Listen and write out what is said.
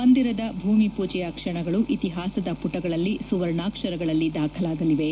ಮಂದಿರದ ಭೂಮಿಪೂಜೆಯ ಕ್ಷಣಗಳು ಇತಿಹಾಸದ ಪುಟಗಳಲ್ಲಿ ಸುವರ್ಣಾಕ್ಷರಗಳಲ್ಲಿ ದಾಖಲಾಗಲಿವೆ